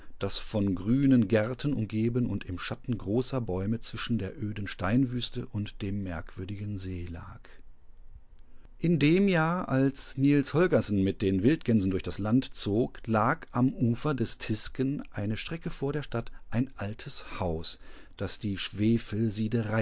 das von grünen gärten umgeben und im schatten großer bäume zwischen der öden steinwüste und demmerkwürdigenseelag indemjahr alsnielsholgersenmitdenwildgänsendurchdaslandzog lag am ufer des tisken eine strecke vor der stadt ein altes haus das die